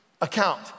account